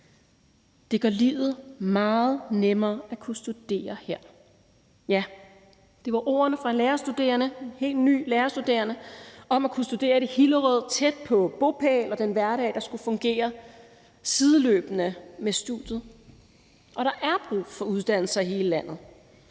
op for læreruddannelsen i Hillerød. Det var ordene fra en helt ny lærerstuderende om det at kunne studere i Hillerød tæt på bopælen og den hverdag, der skulle fungere sideløbende med studiet, og der er brug for uddannelser i hele landet.